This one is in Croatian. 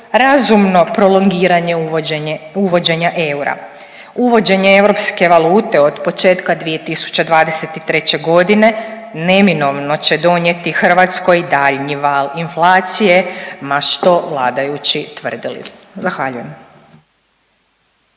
razumno prolongiranje uvođenja eura. Uvođenje europske valute od početka 2023.g. neminovno će donijeti Hrvatskoj daljnji val inflacije ma što vladajući tvrdili, zahvaljujem.